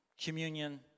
communion